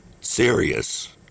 serious